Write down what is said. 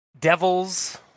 devils